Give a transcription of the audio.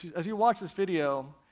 as you watch this video,